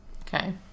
Okay